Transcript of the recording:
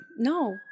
No